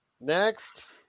next